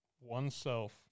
oneself